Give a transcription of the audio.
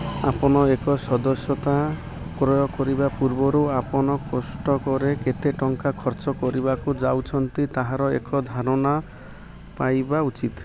ଆପଣ ଏକ ସଦସ୍ୟତା କ୍ରୟ କରିବା ପୂର୍ବରୁ ଆପଣ କୋଷ୍ଟକୋରେ କେତେ ଟଙ୍କା ଖର୍ଚ୍ଚ କରିବାକୁ ଯାଉଛନ୍ତି ତାହାର ଏକ ଧାରଣା ପାଇବା ଉଚିତ୍